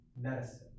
medicine